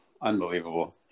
unbelievable